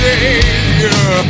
Savior